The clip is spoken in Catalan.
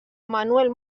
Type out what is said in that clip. manuel